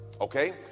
Okay